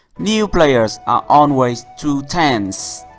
new players are always too tense.